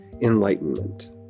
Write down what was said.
enlightenment